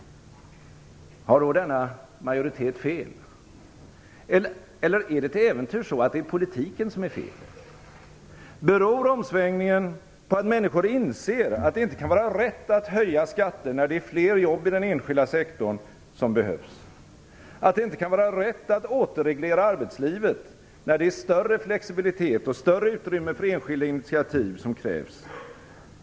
Har då denna majoritet fel? Eller är det till äventyrs så att politiken är fel? Beror omsvängningen på att människor inser att det inte kan vara rätt att höja skatter, när det är fler jobb i den enskilda sektorn som behövs? Att det inte kan vara rätt att återreglera arbetslivet, när det är större flexibilitet och större utrymme för enskilda initiativ som krävs?